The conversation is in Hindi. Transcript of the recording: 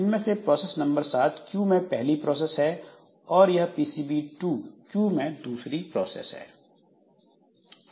इनमें से प्रोसेस नंबर 7 क्यू में पहली प्रोसेस है और यह पीसीबी 2 क्यू मैं दूसरी प्रोसेस है